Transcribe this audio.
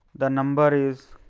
the number is